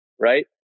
right